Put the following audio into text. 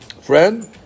friend